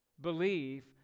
believe